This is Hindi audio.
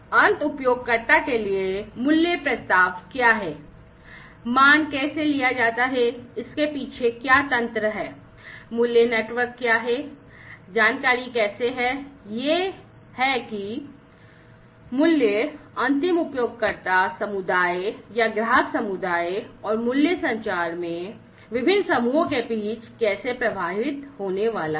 तो अंत उपयोगकर्ता के लिए मूल्य प्रस्ताव क्या है मान कैसे लिया जाता है इसके पीछे क्या तंत्र है value network क्या है यह मूल्य अंतिम उपयोगकर्ता समुदाय या ग्राहक समुदाय और मूल्य संचार में विभिन्न समूहों के बीच कैसे प्रवाहित होने वाला है